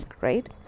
right